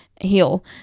Heal